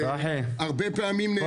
שהרבה פעמים --- צחי,